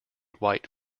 white